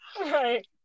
Right